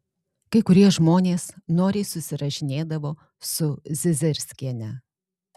kai kurie žmonės noriai susirašinėdavo su zizirskiene